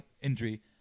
injury